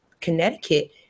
Connecticut